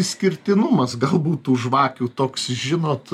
išskirtinumas galbūt tų žvakių toks žinot